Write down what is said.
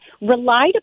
relied